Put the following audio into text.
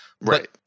right